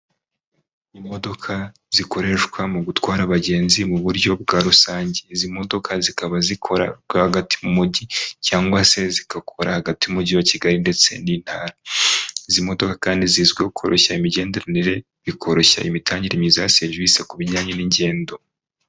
Imodoka zikoreshwa mu gutwara abagenzi mu buryo bwa rusange, izi modoka zikaba zikora rwagati mu mujyi cyangwa se zikakora hagati y'umujyi wa Kigali ndetse n'intara. Izi modoka kandi zizwiho koroshya imigenderanire bikoroshya imitangire myiza ya serivisi ku bijyanye n'ingendo.